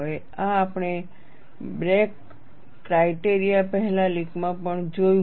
આ આપણે break criteria પહેલા લીકમાં પણ જોયું હતું